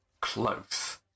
Close